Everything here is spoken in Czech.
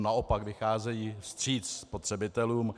Naopak, vycházejí vstříc spotřebitelům.